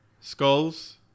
skulls